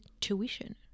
tuition